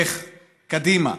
לך: קדימה,